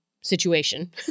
situation